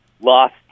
lost